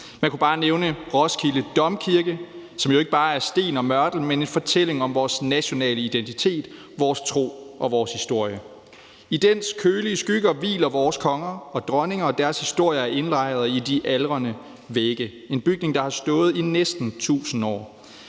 Jeg kunne bare nævne Roskilde Domkirke, som jo ikke bare er sten og mørtel, men en fortælling om vores nationale identitet, vores tro og vores historie. I dens kølige skygger hviler vores konger og dronninger, og deres historie er indlejret i de aldrende vægge. Det er en bygning, der har stået i næsten 1.000 år.